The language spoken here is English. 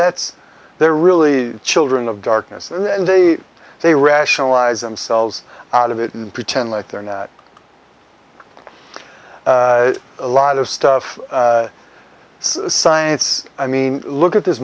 that's their really children of darkness and then they they rationalize themselves out of it and pretend like they're now a lot of stuff science i mean look at this